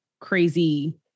crazy